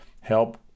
Help